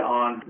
on